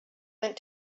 went